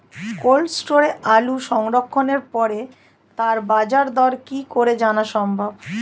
Cold স্টোরে আলু সংরক্ষণের পরে তার বাজারদর কি করে জানা সম্ভব?